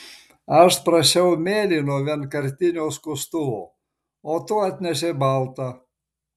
aš prašiau mėlyno vienkartinio skustuvo o tu atnešei baltą